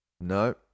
No